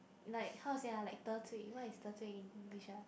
like how to say ah like 得罪 what is 得罪 in English ah